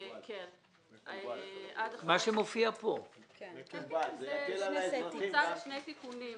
זה פוצל לשני תיקונים.